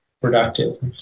productive